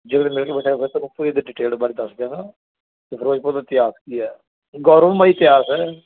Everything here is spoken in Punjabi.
ਜਦੋਂ ਵੀ ਮਿਲਗੀ ਉਸ ਟੈਮ ਬਸ ਤੁਹਾਨੂੰ ਪੂਰੀ ਡਿਟੇਲ ਬਾਰੇ ਦੱਸ ਦਾਿਆਂਗਾ ਅਤੇ ਫਿਰੋਜ਼ਪੁਰ ਦਾ ਇਤਿਹਾਸ ਕੀ ਹੈ ਗੌਰਵਮਈ ਇਤਿਹਾਸ ਹੈ